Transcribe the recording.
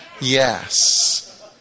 Yes